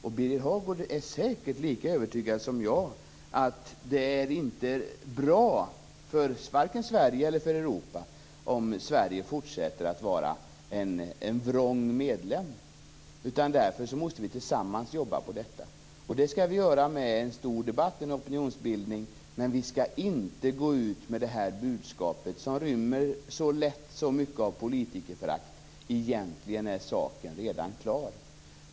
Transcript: Birger Hagård är säkert lika övertygad som jag om att det inte är bra för vare sig Sverige eller Europa, om Sverige fortsätter att vara en vrång medlem. Vi måste jobba tillsammans i det sammanhanget. Vi skall göra det genom en stor debatt och opinionsbildning, men vi skall inte gå ut med ett budskap som rymmer så mycket av politikerförakt och som innebär att saken egentligen redan är klar.